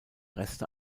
reste